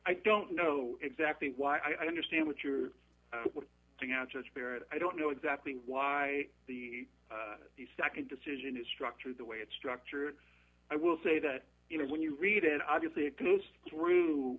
i don't know exactly why i understand what you're doing i just fear i don't know exactly why the nd decision is structured the way it's structured i will say that you know when you read it obviously it goes through